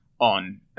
on